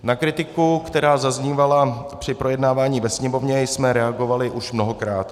Na kritiku, která zaznívala při projednávání ve Sněmovně, jsme reagovali už mnohokrát.